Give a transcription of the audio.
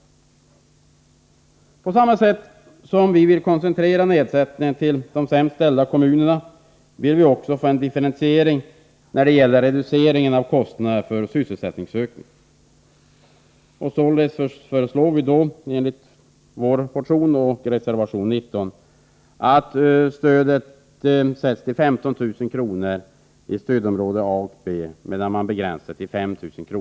På samma sätt som vi vill koncentrera nedsättningen till de sämst ställda kommunerna, vill vi också få till stånd en differentiering när det gäller reduceringen av kostnaderna för sysselsättningsökningar. Således föreslår vi i vår motion och i reservation 19 att stödet sätts till 15 000 kr. i stödområde A och B, medan man begränsar det till 5 000 kr.